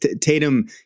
tatum